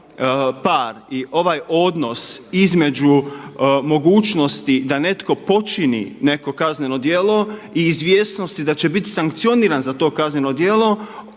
par i ovaj odnos između mogućnosti da neko počini neko kazneno djelo i izvjesnosti da će biti sankcioniran za to kazneno djelo